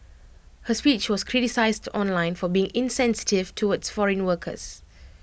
her speech was criticised online for being insensitive towards foreign workers